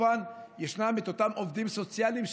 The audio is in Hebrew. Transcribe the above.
ישנם אותם עובדים סוציאליים,